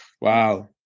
Wow